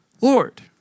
Lord